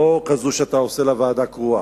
לא כזאת שאתה עושה לה ועדה קרואה,